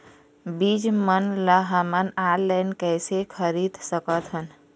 बीज मन ला हमन ऑनलाइन कइसे खरीद सकथन?